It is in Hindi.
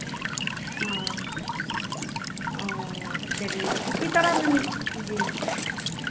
हाँ औ चलिए इसी तरह जी